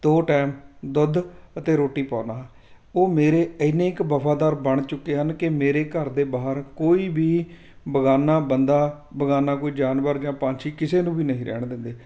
ਦੋ ਟਾਈਮ ਦੁੱਧ ਅਤੇ ਰੋਟੀ ਪਾਉਂਦਾ ਹਾਂ ਉਹ ਮੇਰੇ ਇੰਨੇ ਕੁ ਵਫਾਦਾਰ ਬਣ ਚੁੱਕੇ ਹਨ ਕਿ ਮੇਰੇ ਘਰ ਦੇ ਬਾਹਰ ਕੋਈ ਵੀ ਬੇਗਾਨਾ ਬੰਦਾ ਬੇਗਾਨਾ ਕੋਈ ਜਾਨਵਰ ਜਾਂ ਪੰਛੀ ਕਿਸੇ ਨੂੰ ਵੀ ਨਹੀਂ ਰਹਿਣ ਦਿੰਦੇ